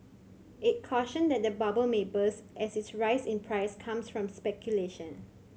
it cautioned that the bubble may burst as its rise in price comes from speculation